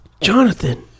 Jonathan